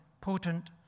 potent